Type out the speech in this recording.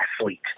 athlete